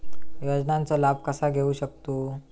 योजनांचा लाभ कसा घेऊ शकतू?